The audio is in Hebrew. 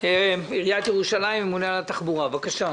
עיריית ירושלים, ממונה על התחבורה, בבקשה.